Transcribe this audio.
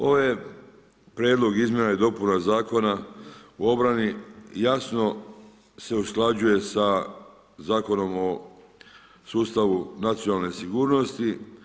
Ovaj prijedlog izmjena i dopuna Zakona o obrani jasno se usklađuje sa Zakonom o sustavu nacionalne sigurnosti.